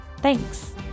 Thanks